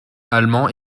allemand